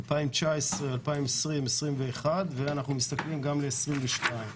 2021-2019, ואנחנו מסתכלים גם ל-2022.